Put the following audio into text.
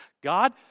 God